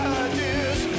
ideas